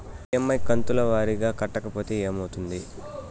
EMI కంతుల వారీగా కట్టకపోతే ఏమవుతుంది?